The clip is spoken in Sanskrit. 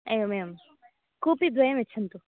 एवं एवं कूपीद्वयं यच्छन्तु